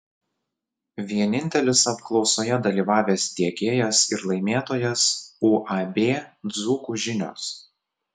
vienintelis apklausoje dalyvavęs tiekėjas ir laimėtojas uab dzūkų žinios